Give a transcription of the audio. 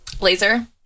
Laser